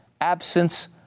absence